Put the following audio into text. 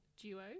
Duo